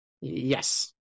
Yes